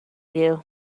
you